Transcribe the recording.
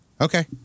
Okay